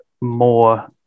more